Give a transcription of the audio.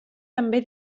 també